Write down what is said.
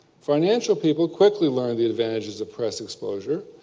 financial people quickly learned the advantages of press exposure.